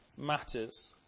matters